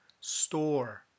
store